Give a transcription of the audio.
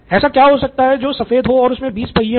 ऐसा क्या हो सकता है जो सफेद हो और उसमे बीस पहिए हो